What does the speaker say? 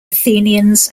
athenians